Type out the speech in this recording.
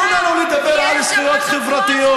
מה הסיכוי שמי שתומך בחיזבאללה,